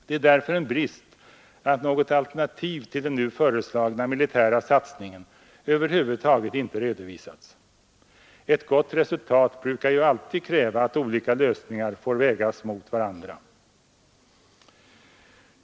Det var därför en brist att något alternativ till den nu föreslagna militära satsningen över huvud taget inte redovisats. Ett gott resultat brukar ju alltid kräva att olika lösningar får vägas mot varandra.